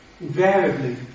Invariably